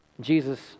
Jesus